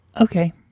Okay